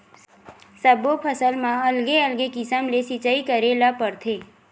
सब्बो फसल म अलगे अलगे किसम ले सिचई करे ल परथे